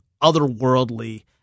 otherworldly